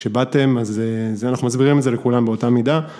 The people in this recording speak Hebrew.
כשבאתם אז, אנחנו מסבירים את זה לכולם באותה מידה.